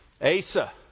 Asa